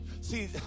See